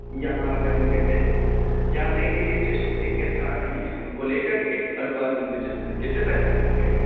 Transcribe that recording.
یہاں کیا نام کہتے ہیں یہاں نئی دلّی اسٹیشن سے ایک گیسٹ آ رہے ہیں اُن کو لے کر کے ہنومان مندر جانا ہے کتنے پیسے لیں گے